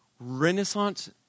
Renaissance